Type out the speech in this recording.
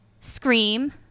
Scream